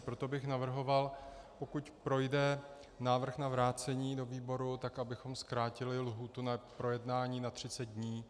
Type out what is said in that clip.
Proto bych navrhoval, pokud projde návrh na vrácení do výboru, abychom zkrátili lhůtu na projednání na třicet dní.